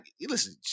Listen